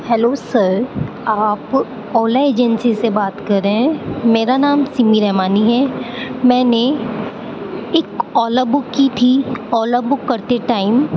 hello sir آپ Ola agency سے بات کر رہے ہیں میرا نام سمی رحمانی ہے میں نے اک اولا بک کی تھی اولا بک کرتے ٹائم